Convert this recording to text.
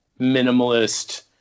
minimalist